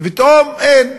ופתאום אין,